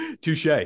touche